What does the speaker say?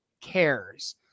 cares